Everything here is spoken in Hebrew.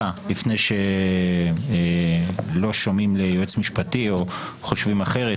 לפני שלא שומעים ליועץ משפטי או חושבים אחרת.